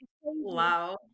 Wow